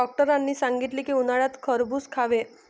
डॉक्टरांनी सांगितले की, उन्हाळ्यात खरबूज खावे